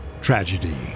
tragedy